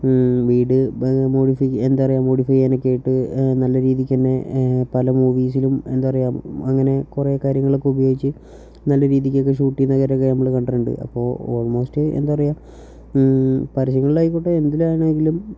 വീട് മോഡിഫൈ എന്താ പറയുക മോഡിഫൈ ചെയ്യാനൊക്കെ ആയിട്ട് നല്ല രീതിക്കുതന്നെ പല മൂവീസിലും എന്താ പറയുക അങ്ങനെ കുറേ കാര്യങ്ങളൊക്കെ ഉപയോഗിച്ച് നല്ല രീതിക്കൊക്കെ ഷൂട്ട് ചെയ്യുന്ന കാര്യമൊക്കെ നമ്മൾ കണ്ടിട്ടുണ്ട് അപ്പോൾ ഓൾമോസ്റ്റ് എന്താ പറയുക പരസ്യങ്ങളിലായിക്കോട്ടെ എന്തിലാണെങ്കിലും